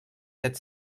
set